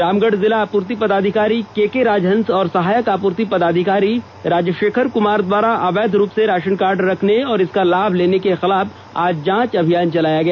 रामगढ़ जिला आपूर्ति पदाधिकारी केके राजहंस और सहायक आपूर्ति पदाधिकारी राजषेखर कुमार द्वारा अवैध रूप से राषन कार्ड रखने और इसका लाभ लेने के खिलाफ आज जांच अभियान चलाया गया